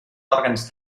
òrgans